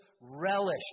relish